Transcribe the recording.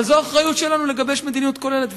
אבל זו האחריות שלנו לגבש מדיניות כוללת.